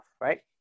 right